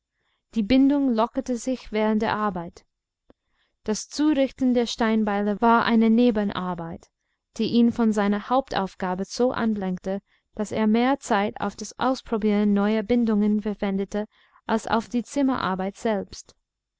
die bindung lockerte sich während der arbeit das zurichten der steinbeile war eine nebenarbeit die ihn von seiner hauptaufgabe so ablenkte daß er mehr zeit auf das ausprobieren neuer bindungen verwendete als auf die zimmerarbeit selbst